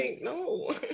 no